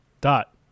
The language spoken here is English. dot